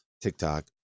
TikTok